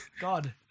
God